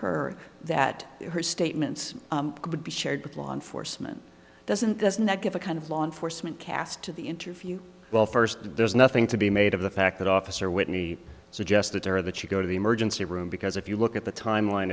her that her statements would be shared with law enforcement doesn't doesn't that give a kind of law enforcement cast to the interview well first there's nothing to be made of the fact that officer whitney suggested there that she go to the emergency room because if you look at the timeline